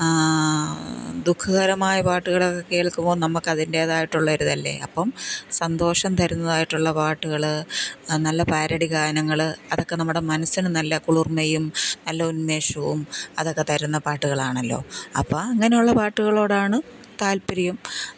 ദുഖകരമായ പാട്ടുകളൊക്കെ കേൾക്കുമ്പോൾ നമുക്ക് അതിൻറേതായിട്ടുള്ള ഒരിതല്ലേ അപ്പം സന്തോഷം തരുന്നതായിട്ടുള്ള പാട്ടുകൾ നല്ല പാരഡി ഗാനങ്ങൾ അതൊക്കെ നമ്മുടെ മനസ്സിന് നല്ല കുളിർമ്മയും നല്ല ഉന്മേഷവും അതൊക്കെ തരുന്ന പാട്ടുകൾ ആണല്ലോ അപ്പം അങ്ങനെയുള്ള പാട്ടുകളോടാണ് താൽപ്പര്യം